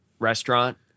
restaurant